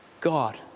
God